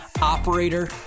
operator